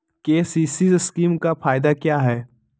KCC scheme का फायदा क्या है?